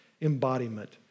embodiment